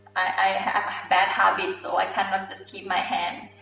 i have have bad habit so i cannot keep my hand,